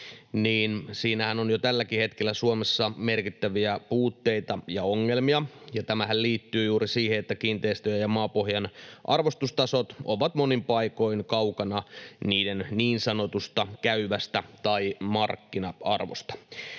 siinähän on jo tälläkin hetkellä Suomessa merkittäviä puutteita ja ongelmia, ja tämähän liittyy juuri siihen, että kiinteistöjen ja maapohjan arvostustasot ovat monin paikoin kaukana niiden niin sanotusta käyvästä tai markkina-arvosta.